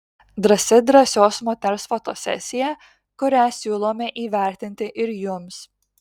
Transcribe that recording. drąsi drąsios moters fotosesija kurią siūlome įvertinti ir jums